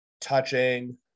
touching